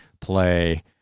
play